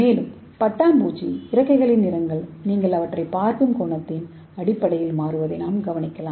மேலும் பட்டாம்பூச்சி இறக்கைகளின் நிறங்கள் நீங்கள் அவற்றைப் பார்க்கும் கோணத்தின் அடிப்படையில் மாறுவதை நாம் கவனிக்கலாம்